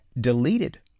deleted